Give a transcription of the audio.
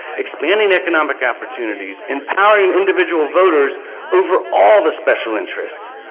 expanding economic opportunities, empowering individual voters over all the special interests.